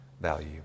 value